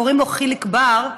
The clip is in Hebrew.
קוראים לו חיליק בר,